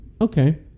Okay